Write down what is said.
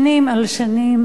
שנים על שנים,